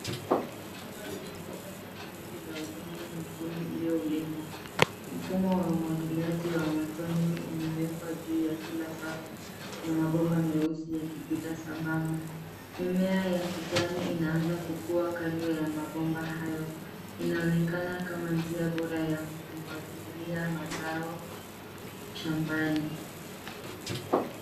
Shamba linaonyesha safu nyingi za udongo mwekundu uliolimwa. Mfumo wa umwagiliaji wa matone umewekwa juu ya kila safu na mabomba meusi yakipita sambamba. Mimea ya kijani inaanza kukuwa kando ya mabomba hayo. Inaonekana kama njia bora ya kumwagilia mazao shambani.